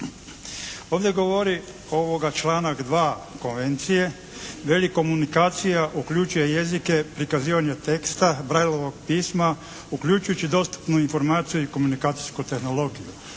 Ovdje govori članak 2. konvencije, veli komunikacija uključuje jezike, prikazivanje teksta, Braillovog pisma uključujući dostupnu informaciju i komunikacijsku tehnologiju.